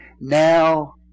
Now